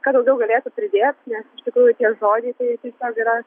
ką daugiau galėtų pridėt nes iš tikrųjų tie žodžiai tai tiesiog yra